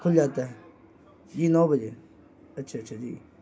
کھل جاتا ہے جی نو بجے اچھا اچھا جی